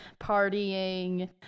partying